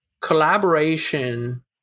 collaboration